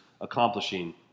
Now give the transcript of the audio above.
accomplishing